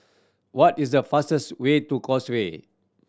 what is the fastest way to Causeway